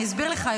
אני אסביר לך,